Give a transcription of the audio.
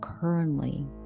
currently